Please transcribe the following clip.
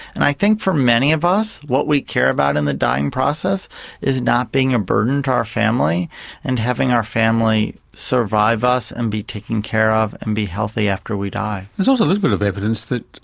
and i think for many of us, what we care about in the dying process is not being a burden to our family and having our family survive us and be taken care of and be healthy after we die. there's also a little bit of evidence that,